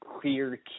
clear